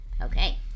okay